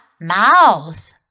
mouth